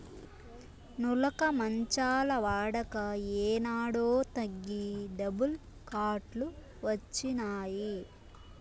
నులక మంచాల వాడక ఏనాడో తగ్గి డబుల్ కాట్ లు వచ్చినాయి